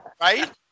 Right